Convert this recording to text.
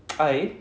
I